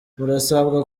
murasabwa